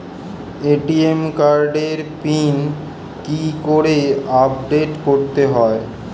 ATM কার্ডের PIN কি করে আপডেট করতে হয়?